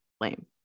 Lame